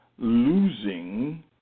losing